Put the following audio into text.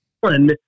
one